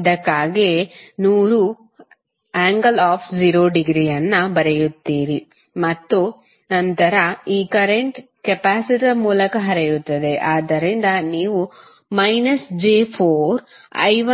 ಇದಕ್ಕಾಗಿ 100∠0◦ ಅನ್ನು ಬರೆಯುತ್ತೀರಿ ಮತ್ತು ನಂತರ ಈ ಕರೆಂಟ್ ಕೆಪಾಸಿಟರ್ ಮೂಲಕ ಹರಿಯುತ್ತದೆ ಆದ್ದರಿಂದ ನೀವು −j4